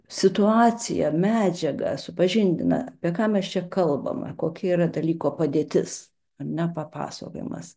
situaciją medžiagą supažindina apie ką mes čia kalbam kokia yra dalyko padėtis ar ne papasakojamas